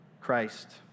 Christ